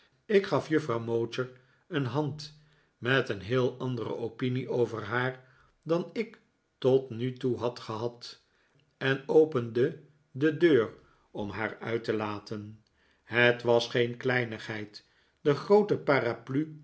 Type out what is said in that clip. ik gaf juffrouw mowcher een hand met een heel andere opinie over haar dan ik tot nu toe had gehad en opende de deur om haar uit te latea het was geen kleinigheid de groote paraplu